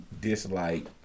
dislike